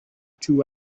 two